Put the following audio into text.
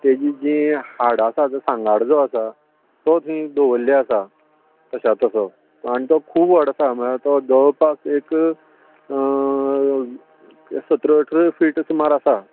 तेजीं जीं हाडां आसात सांगाडो जो आसा तो थंय दवल्ले आसा तश्या तसो आनी तो खूब व्हड आसा म्हळ्यार तो जवळ पास एक सतरा अठरा फीट सुमार आसा